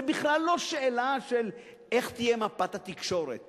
זה בכלל לא שאלה של איך תהיה מפת התקשורת